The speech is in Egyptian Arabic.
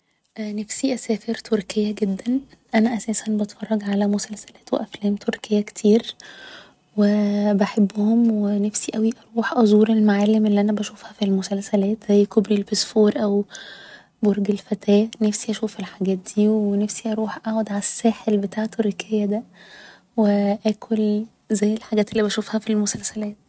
نفسي أسافر تركيا جدا أنا اساساً بتفرج على مسلسلات و أفلام تركية كتير و بحبهم و نفسب اوي اروح ازور المعالم اللي أنا بشوفها في المسلسلات زي كوبري البسفور او برج الفتاه نفسي أشوف الحاجات دي و نفسب اروح اقعد على الساحل بتاع تركيا ده و اكل زي الحاجات اللي بشوفها في المسلسلات